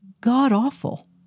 god-awful